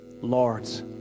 Lord's